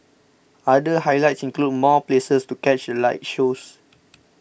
other highlights include more places to catch the light shows